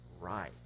right